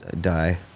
die